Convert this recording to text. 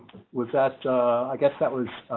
was that i guess that was?